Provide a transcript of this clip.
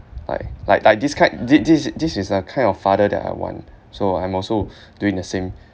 like like like this kind thi~ this this is a kind of father that I want so I'm also doing the same